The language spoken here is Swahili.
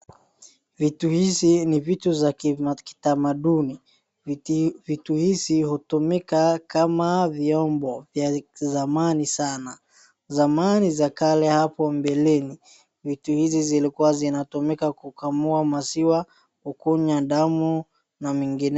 Vitu hivi ni vitu vya kitamaduni, vitu hivi hutumika kama vyombo vya zamani sana. Zamani za kale hapo mbeleni, vitu hivi vilikuwa vinatumika kukamua maziwa, kukunywa damu na mengineo.